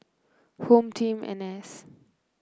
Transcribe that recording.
Home Team N S